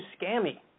scammy